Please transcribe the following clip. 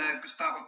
Gustavo